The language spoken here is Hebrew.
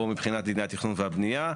או מבחינת דיני התכנון והבנייה.